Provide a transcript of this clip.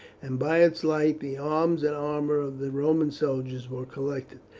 and by its light the arms and armour of the roman soldiers were collected,